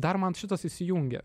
dar man šitas įsijungia